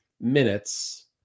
minutes